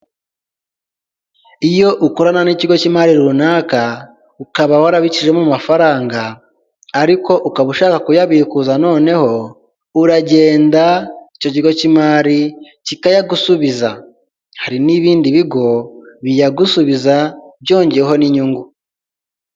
Iyo ukorana n'ikigo'imari runaka, ukaba warabikijijemo amafaranga ariko ukaba ushaka kuyabikuza noneho, uragenda icyo kigo cy'imari kikayagusubiza, hari n'ibindi bigo biyagusubiza byongeyeho n'inyungu.